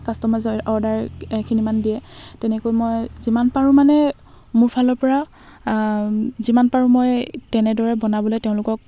কাষ্টমাইজৰ order এইখিনিমান দিয়ে তেনেকৈ মই যিমান পাৰোঁ মানে মোৰ ফালৰ পৰা যিমান পাৰোঁ মই তেনেদৰে বনাবলৈ তেওঁলোকক